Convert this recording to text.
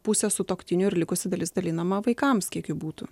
pusė sutuoktiniui ir likusi dalis dalinama vaikams kiek jų būtų